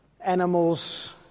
animals